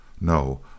No